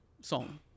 song